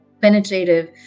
penetrative